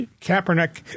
Kaepernick